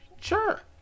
Sure